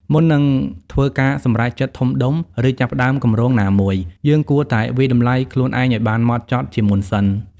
មុននឹងធ្វើការសម្រេចចិត្តធំដុំ ឬចាប់ផ្តើមគម្រោងណាមួយ យើងគួរតែវាយតម្លៃខ្លួនឯងឲ្យបានហ្មត់ចត់ជាមុនសិន។